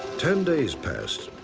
ten days passed.